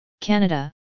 Canada